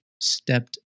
stepped